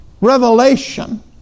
revelation